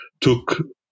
took